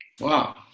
Wow